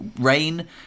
rain